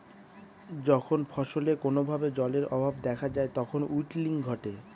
যখন ফসলে কোনো ভাবে জলের অভাব দেখা যায় তখন উইল্টিং ঘটে